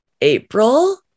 April